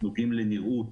נוגעים לנראות